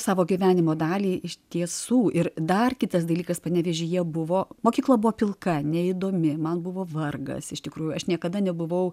savo gyvenimo daliai iš tiesų ir dar kitas dalykas panevėžyje buvo mokykla buvo pilka neįdomi man buvo vargas iš tikrųjų aš niekada nebuvau